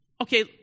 okay